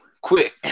quick